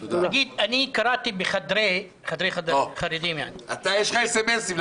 אני קראתי ב"חדרי חרדים" --- יש לך סמ"סים,